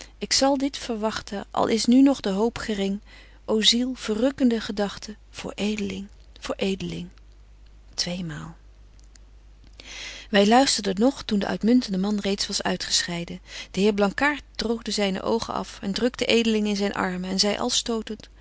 ik zal dit verwagten al is nu nog de hoop gering ô ziel verrukkende gedagten voor edeling voor edeling tweemaal wy luisterden nog toen de uitmuntende man reeds was uitgescheiden de heer blankaart droogde zyne oogen af drukte edeling in betje wolff en aagje deken historie van mejuffrouw sara burgerhart zyn armen en zei al stotent